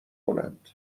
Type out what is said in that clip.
کنند